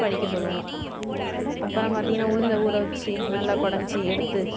படிக்க சொல்லுவோம் அப்புறம் பார்த்திங்கன்னா உளுந்தை ஊற வச்சு நல்லா கடைஞ்சி எடுத்து